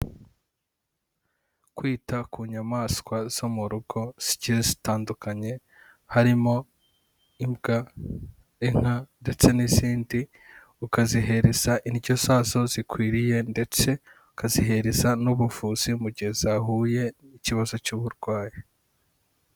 Kwita ku nyamaswa zo mu rugo zigiyee zitandukanye harimo imbwa, inka ndetse n'izindi, ukazihereza indyo zazo zikwiriye ndetse ukazihereza n'ubuvuzi mu gihe zahuye n'ikibazo cy'uburwayi.